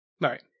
Right